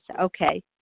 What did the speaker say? okay